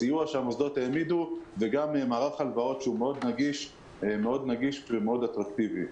סיוע שהמוסדות העמידו וגם מערך הלוואות מאוד נגיש ומאוד אטרקטיבי.